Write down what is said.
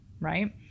right